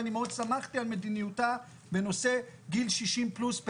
ואני מאוד שמחתי על מדיניותה בנושא גיל 60 פלוס,